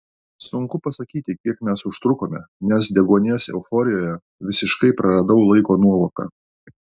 sunku pasakyti kiek mes užtrukome nes deguonies euforijoje visiškai praradau laiko nuovoką